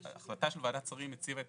ההחלטה של ועדת השרים הציבה את